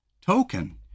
token